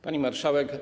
Pani Marszałek!